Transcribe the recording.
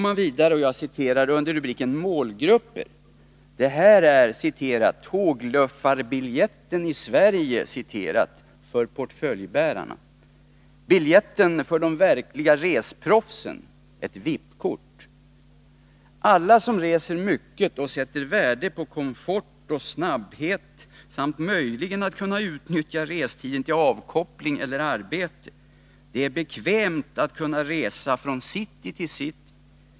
Jag citerar vidare under rubriken Målgrupper: ”Det här är ”tågluffabiljetten i Sverige” för portföljbärarna. Biljetten för de verkliga resproffsen. Ett VIP-kort. Alla som reser mycket och sätter värde på komfort och snabbhet samt möjligheten att kunna utnyttja restiden till avkoppling eller arbete. Det är bekvämt att kunna resa från city till city.